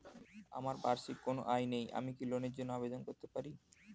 আমার বার্ষিক কোন আয় নেই আমি কি লোনের জন্য আবেদন করতে পারি?